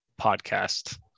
podcast